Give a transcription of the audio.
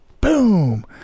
boom